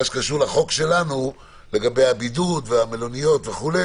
שקשור לחוק שלנו לגבי הבידוד והמלוניות וכו',